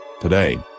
Today